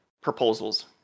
proposals